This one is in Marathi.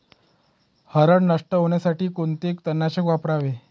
हरळ नष्ट होण्यासाठी कोणते तणनाशक वापरावे?